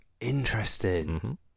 Interesting